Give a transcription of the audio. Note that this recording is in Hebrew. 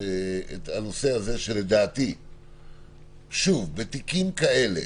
הנושא הזה שלדעתי שוב בתיקים כאלה,